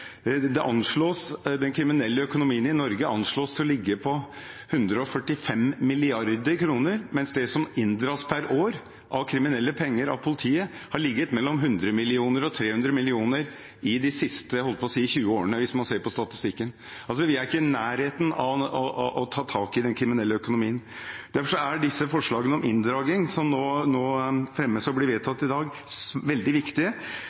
har ligget på mellom 100 mill. kr og 300 mill. kr de siste 20 årene, hvis man ser på statistikken. Vi er altså ikke i nærheten av å ta tak i den kriminelle økonomien. Derfor er forslagene om inndragning som nå fremmes og blir vedtatt i dag, veldig viktige. Et forslag som det også er en komitéinnstilling bak, er om sivilrettslig inndragning, som vil være et svært viktig